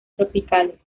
tropicales